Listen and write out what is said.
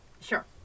Sure